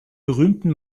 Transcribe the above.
berühmten